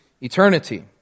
eternity